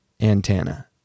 antenna